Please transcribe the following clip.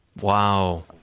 Wow